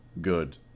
Good